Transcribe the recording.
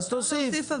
אז תוסיף.